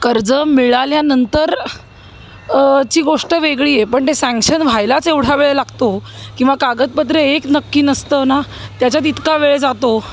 कर्ज मिळाल्यानंतर ची गोष्ट वेगळी आहे पण ते सँक्शन व्हायलाच एवढा वेळ लागतो किंवा कागदपत्र एक नक्की नसतं ना त्याच्यात इतका वेळ जातो